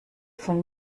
von